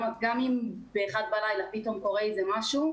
גם אם ב-01:00 פתאום קורה איזה משהו,